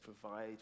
provide